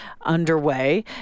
underway